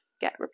get